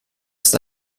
ist